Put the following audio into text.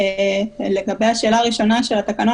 לגבי השאלה הראשונה של התקנון,